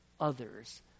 others